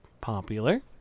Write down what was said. popular